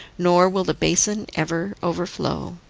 nor will the basin ever overflow.